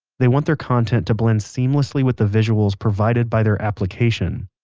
they want their content to blend seamlessly with the visuals provided by their application.